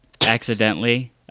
Accidentally